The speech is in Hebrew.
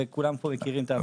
וכולם פה מכירים את העבודה.